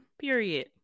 Period